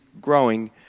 growing